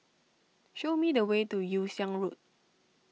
show me the way to Yew Siang Road